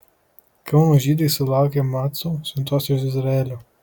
kauno žydai sulaukė macų siuntos iš izraelio